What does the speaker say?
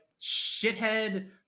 shithead